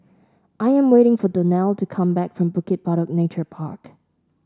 I am waiting for Donell to come back from Bukit Batok Nature Park